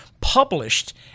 published